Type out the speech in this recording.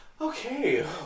Okay